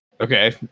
Okay